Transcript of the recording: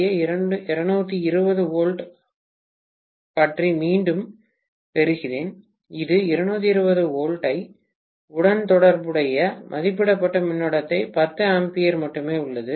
ஏ 220 volt பற்றி மீண்டும் பே கிறேன் இது 220 வோல்ட் I உடன் தொடர்புடையது மதிப்பிடப்பட்ட மின்னோட்டமாக 10 A மட்டுமே உள்ளது